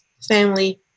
family